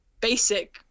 basic